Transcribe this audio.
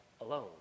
alone